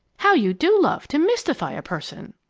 how you do love to mystify a person!